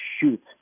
shoot